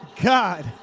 God